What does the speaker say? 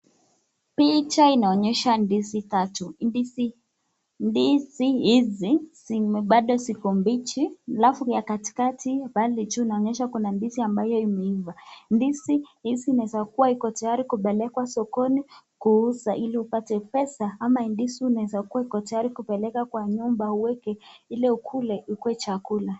Picha inaonyesha ndizi tatu, ndizi hizi zimo bado ziko mbichi alafu ya katikati pale juu inaonyesha Kuna ndizi ambayo imeiva, ndizi hizi zinaezakuwa Iko tayari kupelekwa sokoni kuuza ili upate pesa ama hii ndizi unaeza kuwa iko tayari kupeleka Kwa nyumba uweke ili ukule ikuwe chakula.